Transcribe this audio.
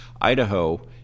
Idaho